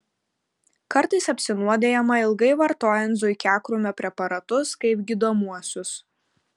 kartais apsinuodijama ilgai vartojant zuikiakrūmio preparatus kaip gydomuosius